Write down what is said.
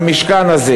במשכן הזה.